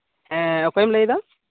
ᱦᱮᱸ ᱚᱠᱚᱭᱮᱢ ᱞᱟᱹᱭ ᱮᱫᱟ